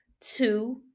two